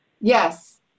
Yes